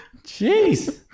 Jeez